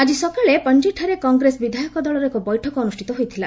ଆକ୍ଟି ସକାଳେ ପଣଜୀଠାରେ କଂଗ୍ରେସ ବିଧାୟକ ଦଳର ଏକ ବୈଠକ ଅନୁଷ୍ଠିତ ହୋଇଥିଲା